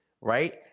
Right